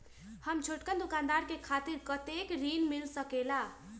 हम छोटकन दुकानदार के खातीर कतेक ऋण मिल सकेला?